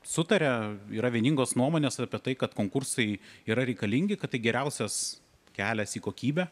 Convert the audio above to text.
sutaria yra vieningos nuomonės apie tai kad konkursai yra reikalingi kad tai geriausias kelias į kokybę